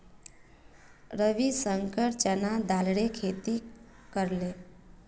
रविशंकर चना दालेर खेती करले